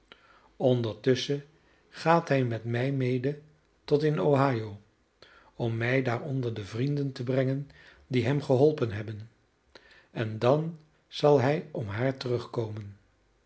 ondertusschen gaat hij met mij mede tot in ohio om mij daar onder de vrienden te brengen die hem geholpen hebben en dan zal hij om haar terugkomen